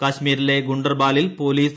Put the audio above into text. കശ്മീരിലെ ഗണ്ടർബാലിൽ police C